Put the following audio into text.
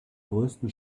größten